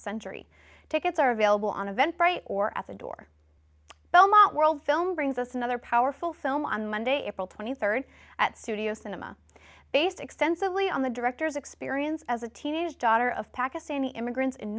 century tickets are available on events right or at the door belmont world film brings us another powerful film on monday april twenty third at studio cinema based extensively on the director's experience as a teenage daughter of pakistani immigrants in